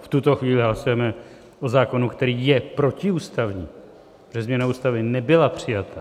V tuto chvíli hlasujeme o zákonu, který je protiústavní, protože změna Ústavy nebyla přijata.